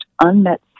unmet